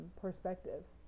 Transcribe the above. perspectives